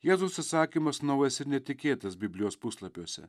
jėzaus įsakymas naujas ir netikėtas biblijos puslapiuose